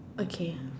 okay